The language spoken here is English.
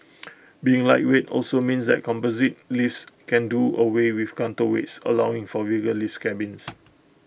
being lightweight also means that composite lifts can do away with counterweights allowing for bigger lift cabins